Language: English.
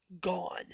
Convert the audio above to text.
gone